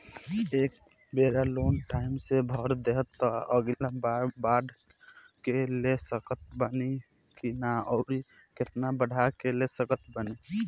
ए बेर loan time से भर देहम त अगिला बार बढ़ा के ले सकत बानी की न आउर केतना बढ़ा के ले सकत बानी?